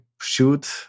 shoot